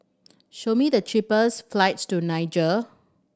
show me the cheapest flights to Niger